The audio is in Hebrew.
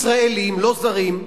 ישראלים, לא זרים.